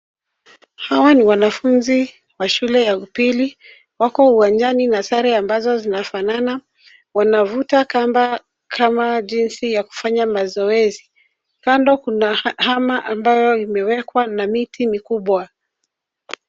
Hawa ni wanafunzi wa shule ya upili wako uwanjani na sare ambazo zinafanana. Wanavuta kamba kama jinsi ya kufanya mazoezi. Kando kuna hema ambayo imewekwa na miti ni kubwa.